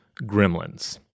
Gremlins